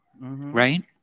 right